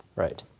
right,